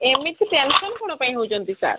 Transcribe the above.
ଏମିତି ଟେନସନ୍ କ'ଣ ପାଇଁ ହେଉଛନ୍ତି ସାର୍